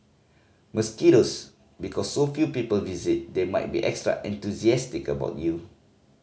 mosquitoes Because so few people visit they might be extra enthusiastic about you